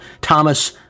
Thomas